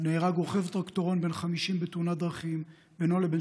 נהרג רוכב טרקטורון בן 50 בתאונת דרכים בינו לבין